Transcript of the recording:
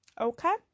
Okay